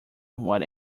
what